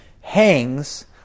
hangs